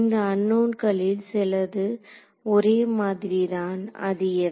இந்த அன்னோன்களில் சிலது ஒரே மாதிரி தான் அது எவை